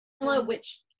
which-